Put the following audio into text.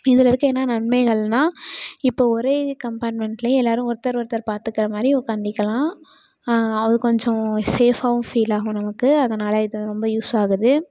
இதில் இருக்க என்ன நன்மைகள்னா இப்போ ஒரே கம்பார்ட்மெண்ட்லேயே எல்லோரும் ஒருத்தர் ஒருத்தர் பார்த்துக்கற மாதிரி உக்காந்துக்கலாம் அது கொஞ்சம் சேஃபாகவும் ஃபீல் ஆகும் நமக்கு அதனால் இது ரொம்ப யூஸ் ஆகுது